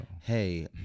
hey